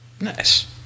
nice